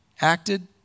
acted